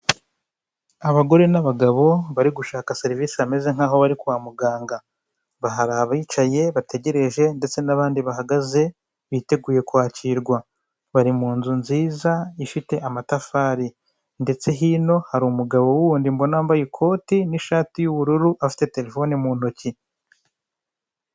Abagore n'abagabo bari gushaka serivisi bameze nk'aho bari kwa muganga, hari abiyicaye bategereje ndetse n'abandi bahagaze biteguye kwakirwa, bari mu nzu nziza ifite amatafari ndetse hino hari umugabo wundi mbona wambaye ikoti n'ishati y'ubururu afite telefone mu ntoki.